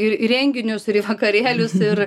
ir į renginius ir į vakarėlius ir